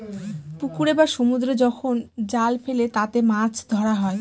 পুকুরে বা সমুদ্রে যখন জাল ফেলে তাতে মাছ ধরা হয়